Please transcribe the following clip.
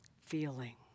Feeling